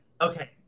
okay